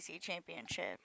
championship